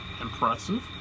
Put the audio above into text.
impressive